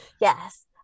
Yes